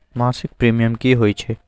मासिक प्रीमियम की होई छई?